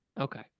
Okay